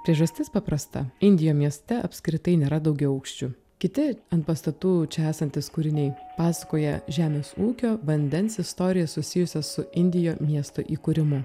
priežastis paprasta indijo mieste apskritai nėra daugiaaukščių kiti ant pastatų čia esantys kūriniai pasakoja žemės ūkio vandens istoriją susijusią su indijo miesto įkūrimu